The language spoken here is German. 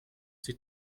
die